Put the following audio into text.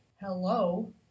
Hello